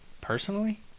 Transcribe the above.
personally